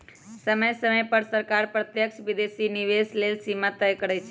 समय समय पर सरकार प्रत्यक्ष विदेशी निवेश लेल सीमा तय करइ छै